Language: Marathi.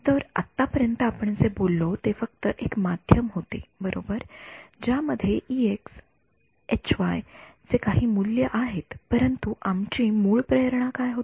तर आतापर्यंत आपण जे बोललो ते फक्त एक माध्यम होते बरोबर ज्यामध्ये चे काही मूल्ये आहेत परंतु आमची मूळ प्रेरणा काय होती